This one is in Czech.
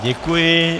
Děkuji.